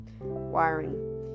wiring